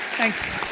thanks,